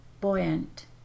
Buoyant